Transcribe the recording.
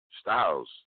Styles